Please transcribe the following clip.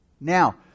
Now